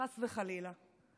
חס וחלילה.